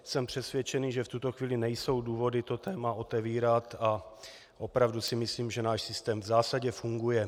Jsem přesvědčený, že v tuto chvíli nejsou důvody to téma otevírat, a opravdu si myslím, že náš systém v zásadě funguje.